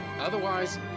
Otherwise